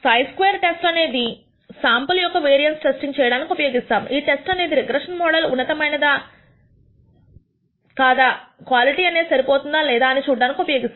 Χ square test అనేది sample యొక్క variance testing చేయడానికి ఉపయోగిస్తారు ఈ టెస్ట్ అనేది రిగ్రెషన్ మోడల్ ఉన్నతమైన కాదా క్వాలిటీఅనేది సరిపోతుందా లేదా అది చూడడానికి ఉపయోగిస్తారు